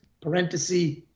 parenthesis